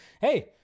hey